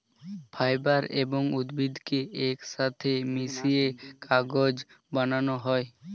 fibre এবং উদ্ভিদকে একসাথে মিশিয়ে কাগজ বানানো হয়